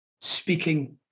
speaking